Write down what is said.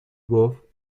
گفتایا